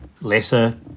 lesser